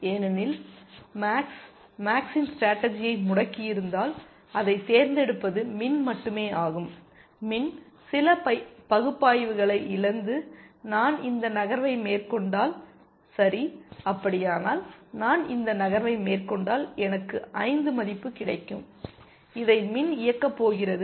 ஏனெனில் மேக்ஸ் மேக்ஸின் ஸ்டேடர்ஜியை முடக்கியிருந்தால் அதைத் தேர்ந்தெடுப்பது மின் மட்டுமே ஆகும் மின் சில பகுப்பாய்வுகளை இழந்து நான் இந்த நகர்வை மேற்கொண்டால் சரி அப்படியானால் நான் இந்த நகர்வை மேற்கொண்டால் எனக்கு 5 மதிப்பு கிடைக்கும் இதை மின் இயக்க போகிறது